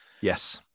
Yes